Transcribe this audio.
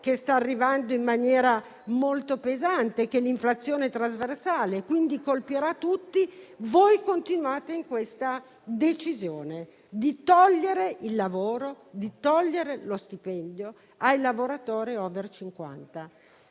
che sta arrivando in maniera molto pesante, in maniera trasversale, che quindi colpirà tutti. E voi continuate in questa decisione di togliere il lavoro, di togliere lo stipendio ai lavoratori *over* 50.